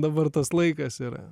dabar tas laikas yra